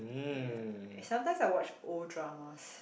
ya and sometimes I watch old dramas